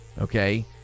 okay